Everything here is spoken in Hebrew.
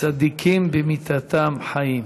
צדיקים במיתתם חיים.